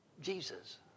Jesus